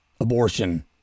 abortion